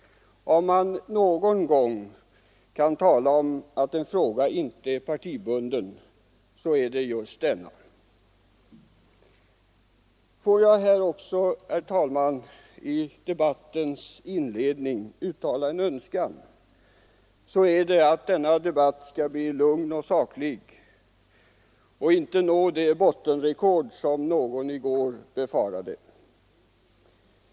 Om man någon gång kan tala om att en fråga inte är partibunden så är det just denna. Om jag också, herr talman, i debattens inledning får uttala en önskan, så är det att denna debatt skall bli lugn och saklig och inte nå det bottenrekord som någon i går befarade.